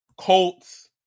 Colts